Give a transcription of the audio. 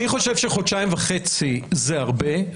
אני חושב שחודשיים וחצי זה הרבה,